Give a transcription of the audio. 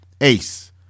Ace